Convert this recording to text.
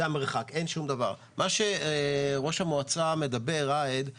מה שראש המועצה מדבר עליו